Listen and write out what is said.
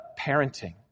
parenting